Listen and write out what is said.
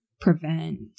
prevent